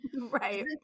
Right